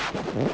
correct